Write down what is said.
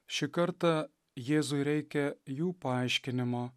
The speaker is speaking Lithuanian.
šį kartą jėzui reikia jų paaiškinimo